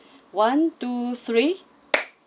one two three